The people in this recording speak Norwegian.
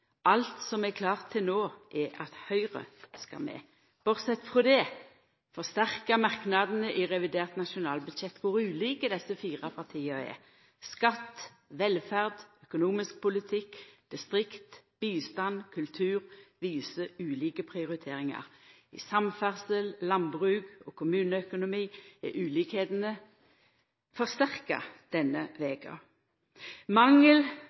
Alt som er klart til no, er at Høgre skal med. Bortsett frå det forsterkar merknadene i revidert nasjonalbudsjett kor ulike desse fire partia er. Skatt, velferd, økonomisk politikk, distrikt, bistand og kultur, viser ulike prioriteringar. I samferdsel, landbruk og kommuneøkonomi er ulikskapane forsterka denne veka. Mangel